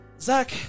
zach